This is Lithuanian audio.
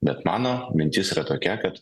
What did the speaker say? bet mano mintis yra tokia kad